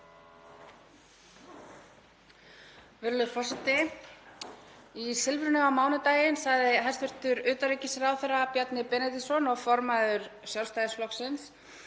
Virðulegur forseti. Í Silfrinu á mánudaginn sagði hæstv. utanríkisráðherra Bjarni Benediktsson og formaður Sjálfstæðisflokksins